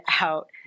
out